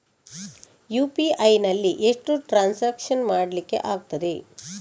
UPI ನಲ್ಲಿ ಎಷ್ಟು transaction ಮಾಡ್ಲಿಕ್ಕೆ ಆಗ್ತದೆ?